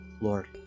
Lord